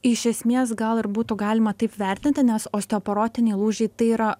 iš esmės gal ir būtų galima taip vertinti nes osteoporotiniai lūžiai tai yra